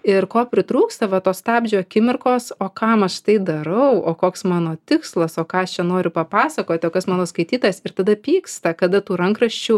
ir ko pritrūksta va to stabdžio akimirkos o kam aš tai darau o koks mano tikslas o ką aš čia noriu papasakoti o kas mano skaitytas ir tada pyksta kada tų rankraščių